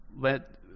let